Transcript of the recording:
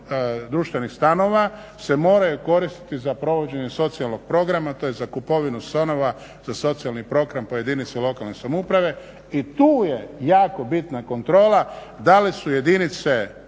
društvenih stanova se moraju koristiti za provođenje socijalne programa to je za kupovinu stanova za socijalni program po jedinici lokalne samouprave. I tu je jako bitna kontrola da li su jedinice